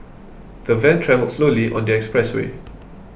the van travelled slowly on the expressway